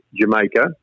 Jamaica